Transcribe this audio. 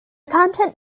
content